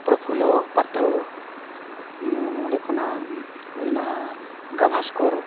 ᱯᱨᱚᱯᱷᱩᱞᱞᱚ ᱯᱟᱛᱨᱚ ᱱᱚᱸᱰᱮ ᱠᱷᱚᱱᱟᱜ ᱦᱩᱭᱱᱟ ᱵᱷᱟᱥᱠᱚᱨ